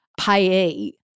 payee